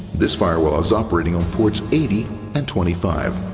this firewall is operating on ports eighty and twenty five.